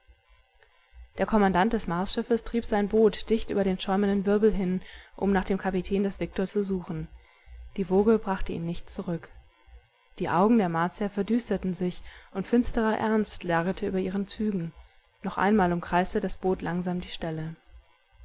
der kommandant des marsschiffes trieb sein boot dicht über den schäumenden wirbel hin um nach dem kapitän des viktor zu suchen die woge brachte ihn nicht zurück die augen der martier verdüsterten sich und finsterer ernst lagerte über ihren zügen noch einmal umkreiste das boot langsam die stelle